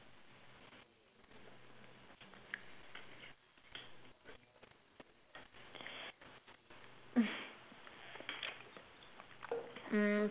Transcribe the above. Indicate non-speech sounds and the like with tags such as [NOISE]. [LAUGHS]